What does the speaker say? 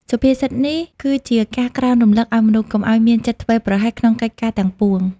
សុភាសិតនេះគឺជាការក្រើនរំលឹកឱ្យមនុស្សកុំឱ្យមានចិត្តធ្វេសប្រហែសក្នុងកិច្ចការទាំងពួង។